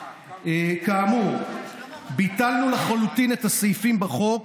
כאמור, ביטלנו לחלוטין את הסעיפים בחוק